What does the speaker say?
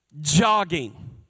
jogging